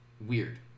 weird